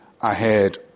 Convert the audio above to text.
ahead